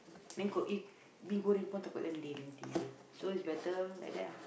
then got i~ mi goreng takut lendeh nanti so is better like that ah